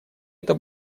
это